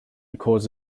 cause